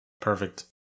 Perfect